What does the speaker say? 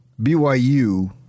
BYU